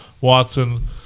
Watson